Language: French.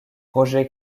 roger